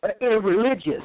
irreligious